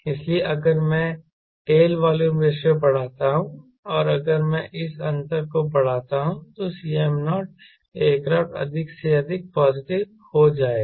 इसलिए अगर मैं टेल वॉल्यूम रेशों बढ़ाता हूं और अगर मैं इस अंतर को बढ़ाता हूं तो Cm0 एयरक्राफ्ट अधिक से अधिक पॉजिटिव हो जाएगा